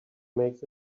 makes